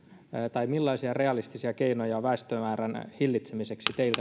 millaisia realistisia keinoja väestömäärän hillitsemiseksi teiltä